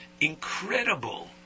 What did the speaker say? Incredible